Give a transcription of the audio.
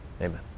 Amen